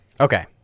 Okay